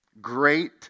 great